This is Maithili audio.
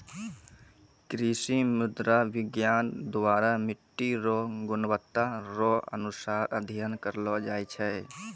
कृषि मृदा विज्ञान द्वरा मट्टी रो गुणवत्ता रो अनुसार अध्ययन करलो जाय छै